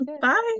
Bye